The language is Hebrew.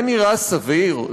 זה נראה סביר?